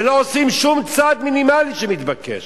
ולא לעשות שום צעד מינימלי שמתבקש.